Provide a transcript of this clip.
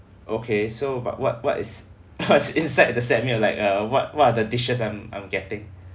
okay so but what what is what's inside the set meal like uh what what are the dishes I'm I'm getting